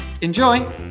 Enjoy